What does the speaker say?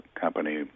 company